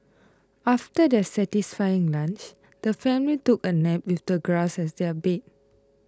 after their satisfying lunch the family took a nap with the grass as their bed